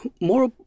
more